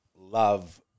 love